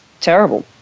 terrible